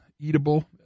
eatable